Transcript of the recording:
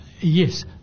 Yes